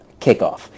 kickoff